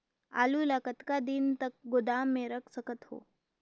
आलू ल कतका दिन तक गोदाम मे रख सकथ हों?